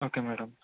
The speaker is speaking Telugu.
okay madam